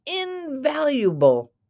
invaluable